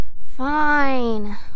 Fine